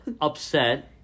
Upset